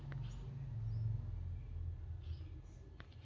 ಜೋಳದಿಂದ ಮಾಡಿದ ಯಾವ್ ಯಾವ್ ತಿನಸು ತಿಂತಿರಿ?